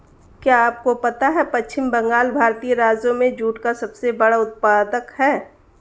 क्या आपको पता है पश्चिम बंगाल भारतीय राज्यों में जूट का सबसे बड़ा उत्पादक है?